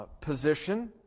position